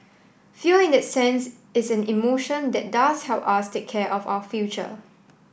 fear in that sense is an emotion that does help us take care of our future